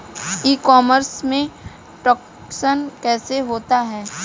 ई commerce में transaction कैसे होता है?